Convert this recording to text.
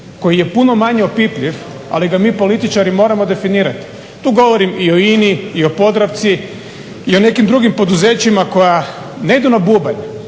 koji je puno manje opipljiv ali ga mi političari moramo definirati. Tu govorim i o INA-i, i o Podravci, i o nekim drugim poduzećima koja ne idu bubanj